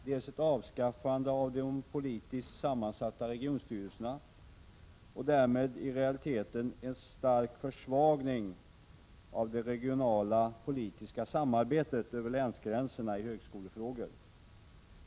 Den ena är ett avskaffande av de politiskt sammansatta regionstyrelserna och därmed i realiteten en stark försvagning av det regionala och politiska samarbetet över länsgränserna i högskolefrågor.